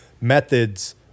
methods